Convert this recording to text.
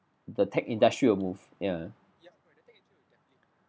the tech industry will move ya